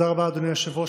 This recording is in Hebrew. תודה רבה, אדוני היושב-ראש.